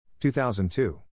2002